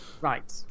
Right